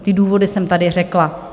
Ty důvody jsem tady řekla.